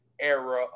era